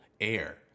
air